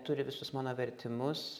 turi visus mano vertimus